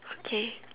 okay